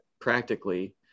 practically